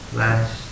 last